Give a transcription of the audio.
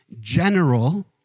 general